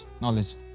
knowledge